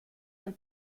del